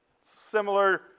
Similar